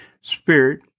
spirit